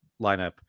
lineup